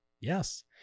yes